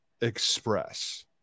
Express